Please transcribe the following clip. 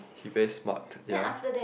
he very smart ya